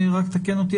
רק תקן אותי,